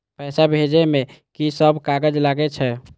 पैसा भेजे में की सब कागज लगे छै?